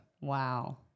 wow